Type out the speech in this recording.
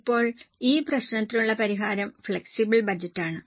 ഇപ്പോൾ ഈ പ്രശ്നത്തിനുള്ള പരിഹാരം ഫ്ലെക്സിബിൾ ബജറ്റാണ്